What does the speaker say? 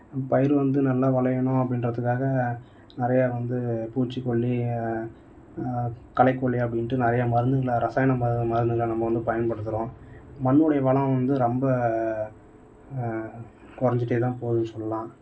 பயிர் வந்து நல்லா விளையணும் அப்படின்றதுக்காக நிறைய வந்து பூச்சிக்கொல்லி களைக்கொல்லி அப்படின்ட்டு நிறைய மருந்துகளளை இரசாயனம் ம மருந்துகளை நம்ம வந்து பயன்படுத்துகிறோம் மண்ணுடைய வளம் வந்து ரொம்ப குறைஞ்சிக்கிட்டே தான் போகுதுனு சொல்லலாம்